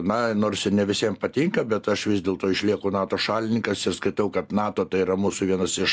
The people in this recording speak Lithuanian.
na nors ir ne visiem patinka bet aš vis dėlto išlieku nato šalininkas ir skaitau kad nato tai yra mūsų vienas iš